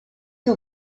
you